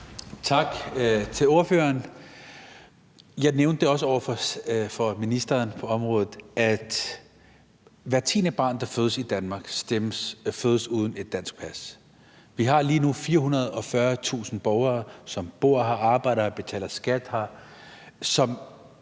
Tak til ordføreren. Jeg nævnte det også over for ministeren på området, nemlig at hvert tiende barn, der fødes i Danmark, fødes uden et dansk pas. Vi har lige nu 440.000 borgere, som bor her, arbejder her, betaler skat her, men